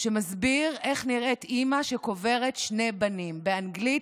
שמסביר איך נראית אימא שקוברת שני בנים, באנגלית,